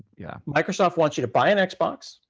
yeah. microsoft wants you to buy an xbox,